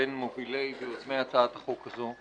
בין מובילי ויוזמי הצעת החוק הזו,